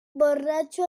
borratxo